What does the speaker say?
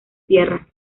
tierra